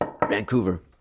Vancouver